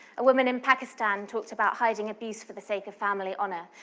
a woman in pakistan talked about hiding abuse for the sake of family honor.